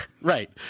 Right